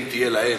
אם תהיה להם,